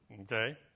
Okay